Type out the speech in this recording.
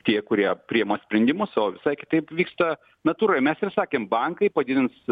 tie kurie priima sprendimus o visai kitaip vyksta natūroje mes ir sakėm bankai padidins